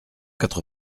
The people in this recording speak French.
quatre